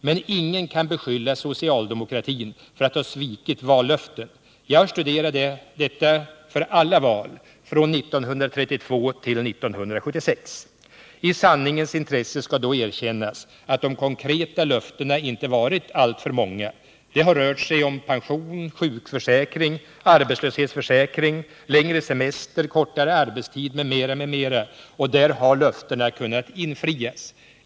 Men ingen kan beskylla socialdemokratin för att ha svikit vallöften. Jag har studerat detta för alla val från 1932 till 1976. I sanningens intresse skall då erkännas att de konkreta löftena inte varit alltför många. Det har rört sig om pension, sjukförsäkring, arbetslöshetsförsäkring, längre semester, kortare arbetstid m.m., och där har löftena kunnat infrias.